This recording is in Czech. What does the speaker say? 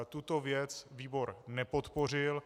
Tuto věc výbor nepodpořil.